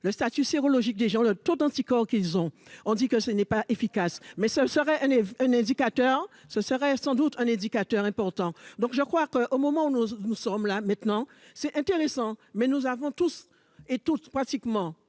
le statut sérologique des gens, le taux d'anticorps qu'ils ont, on dit que ce n'est pas efficace, mais ce ne serait, elle est un indicateur, ce serait sans doute un indicateur important, donc je crois qu'au moment où nous nous sommes là, maintenant, c'est intéressant, mais nous avons tous et toutes, pratiquement